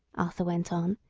arthur went on.